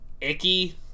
icky